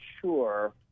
sure